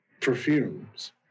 perfumes